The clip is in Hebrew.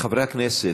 חברי הכנסת,